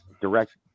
direct